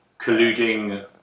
colluding